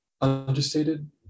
understated